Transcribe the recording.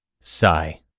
Sigh